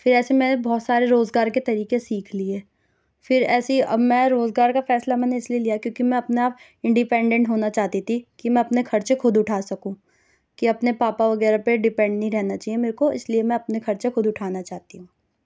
پھر ایسے میں نے بہت سارے روزگار کے طریقے سیکھ لیے پھر ایسے ہی اب میں روزگار کا فیصلہ میں نے اِس لیے لیا کیونکہ میں اپنے آپ ان ڈیپنڈنٹ ہونا چاہتی تھی کہ میں اپنے خرچے خود اٹھا سکوں کہ اپنے پاپا وغیرہ پہ ڈپینڈ نہیں رہنا چاہیے میرے کو اِس لیے میں اپنے خرچے خود اُٹھانا چاہتی ہوں